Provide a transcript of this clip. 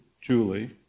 Julie